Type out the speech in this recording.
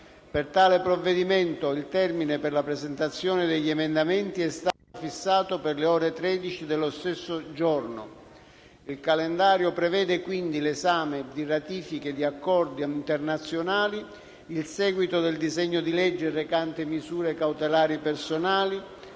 Per tale provvedimento, il termine per la presentazione degli emendamenti è stato fissato per le ore 13 dello stesso giorno. Il calendario prevede quindi l'esame di ratifiche di accordi internazionali, il seguito del disegno di legge recante misure cautelari personali,